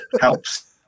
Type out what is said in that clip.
helps